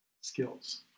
skills